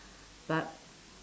but